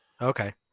Okay